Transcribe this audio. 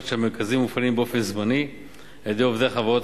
שהמרכזים מופעלים באופן זמני על-ידי עובדי חברות